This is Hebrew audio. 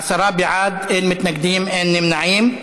עשרה בעד, אין מתנגדים, אין נמנעים.